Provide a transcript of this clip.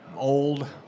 Old